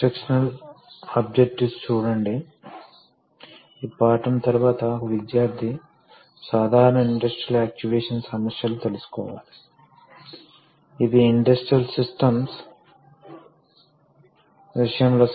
కాబట్టి భోదన లక్ష్యాలు ప్రాథమికంగా హైడ్రాలిక్ సిస్టమ్స్ ఆపరేషన్ సూత్రాలను వివరించడం మరియు దాని ప్రయోజనాలను అర్థం చేసుకోవడం మరియు కొన్ని అప్లికేషన్ ల్లో ఎందుకు ఇది రీప్లేస్ చేయలేముకాబట్టి కొన్ని ప్రయోజనాలు ఉన్నాయి